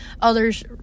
others